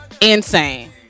insane